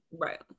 Right